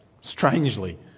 strangely